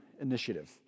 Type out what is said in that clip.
initiative